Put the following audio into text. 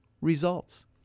results